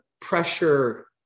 pressure